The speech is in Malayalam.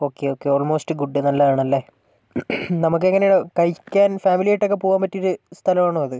ഓക്കേ ഓക്കേ ആൾമോസ്റ്റ് ഗുഡ് നല്ലതാണല്ലെ നമുക്കിങ്ങനെ കഴിക്കാൻ ഫാമിലി ആയിട്ടൊക്കെ പോകാൻ പറ്റിയൊരു സ്ഥലം ആണോ അത്